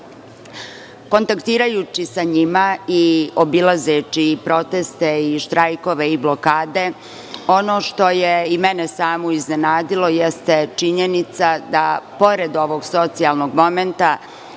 ljudi. Kontaktirajući sa njima i obilazeći i proteste i štrajkove i blokade, ono što je i mene samu iznenadilo jeste činjenica da pored ovog socijalnog momenta